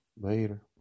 Later